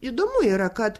įdomu yra kad